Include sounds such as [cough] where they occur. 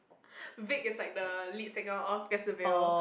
[breath] Vic is like the lead singer of Pierce the Veil